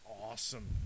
awesome